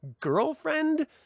girlfriend